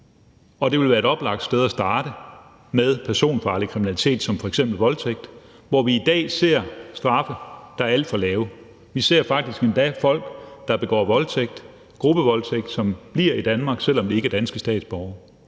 og det vil være et oplagt sted at starte med personfarlig kriminalitet som f.eks. voldtægt, hvor vi i dag ser straffe, der er alt for lave. Vi ser faktisk endda, at folk, der begår voldtægt og gruppevoldtægt, får lov til at blive i Danmark, selv om de ikke er danske statsborgere.